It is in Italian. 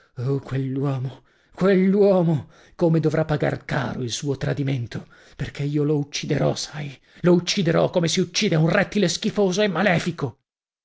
oh quell'uomo quell'uomo come dovrà pagar caro il suo tradimento perchè io lo ucciderò sai lo ucciderò come si uccide un rettile schifoso e malefico